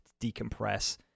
decompress